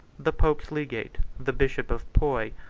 the pope's legate, the bishop of puy,